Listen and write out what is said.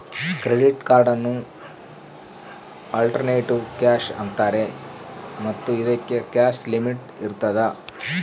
credit ಕಾರ್ಡನ್ನು alternative cash ಅಂತಾರೆ ಮತ್ತು ಇದಕ್ಕೆ ಕ್ಯಾಶ್ ಲಿಮಿಟ್ ಇರ್ತದ